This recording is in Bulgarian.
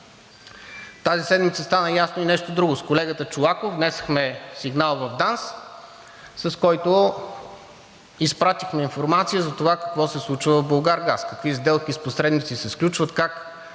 Тази седмица стана ясно и нещо друго. С колегата Чолаков внесохме сигнал в ДАНС, с който изпратихме информация за това какво се случва в „Булгаргаз“, какви сделки с посредници се сключват, как